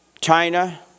China